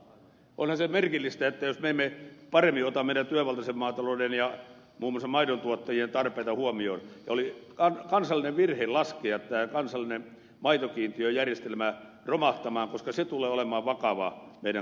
onhan se merkillistä jos me emme paremmin ota meidän työvaltaisen maatalouden ja muun muassa maidontuottajien tarpeita huomioon ja oli virhe laskea tämä kansallinen maitokiintiöjärjestelmä romahtamaan koska se tulee olemaan vakava meidän kannaltamme